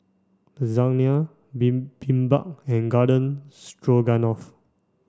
Lasagne Bibimbap and Garden Stroganoff